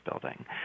building